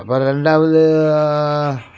அப்புறம் ரெண்டாவது